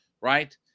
right